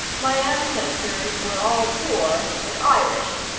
my ancestors were all poor but irish.